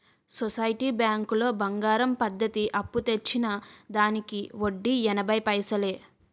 society బ్యాంకులో బంగారం పద్ధతి అప్పు తెచ్చిన దానికి వడ్డీ ఎనభై పైసలే